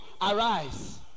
Arise